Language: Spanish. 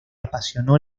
apasionó